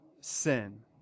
sin